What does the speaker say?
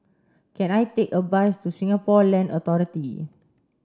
can I take a bus to Singapore Land Authority